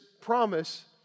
promise